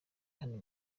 hano